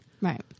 Right